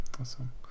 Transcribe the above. awesome